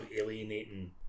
alienating